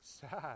sad